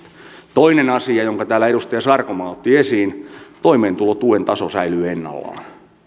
toinen asia sen edustaja sarkomaa otti täällä esiin toimeentulotuen taso säilyy ennallaan